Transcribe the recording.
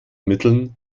mitteln